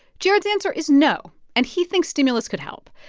jared's answer is no and he thinks stimulus could help.